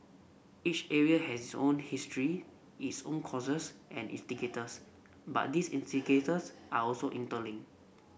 each area had its own history its own causes and instigators but these instigators are also interlinked